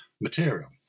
material